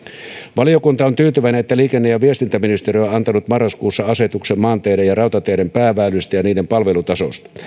valiokunta on tyytyväinen että liikenne ja vistintäministeriö on antanut marraskuussa asetuksen maanteiden ja rautateiden pääväylistä ja niiden palvelutasosta